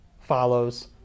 follows